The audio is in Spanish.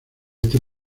este